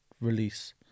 release